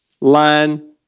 line